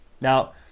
Now